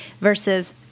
versus